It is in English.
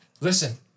listen